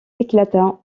éclata